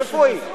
איפה היא?